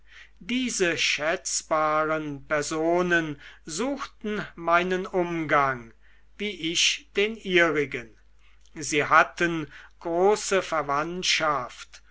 diese schätzbaren personen suchten meinen umgang wie ich den ihrigen sie hatten große verwandtschaft